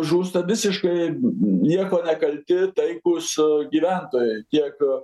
žūsta visiškai niekuo nekalti taikūs gyventojai tiek